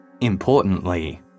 Importantly